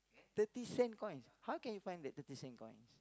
thirty cent coins how can you find that thirty cent coins